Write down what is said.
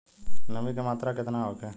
नमी के मात्रा केतना होखे?